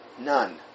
None